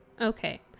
Okay